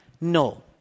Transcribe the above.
No